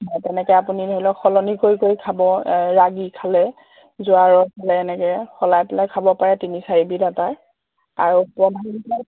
তেনেকে আপুনি ধৰি লওক সলনি কৰি কৰি খাব ৰাগী খালে জোৱাৰ খালে এনেকে সলাই পেলাই খাব পাৰে তিনি চাৰিবিধ আটা আৰু